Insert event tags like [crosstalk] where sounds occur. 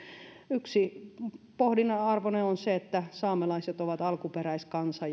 yksi pohdinnan arvoinen asia on se että saamelaiset ovat alkuperäiskansa [unintelligible]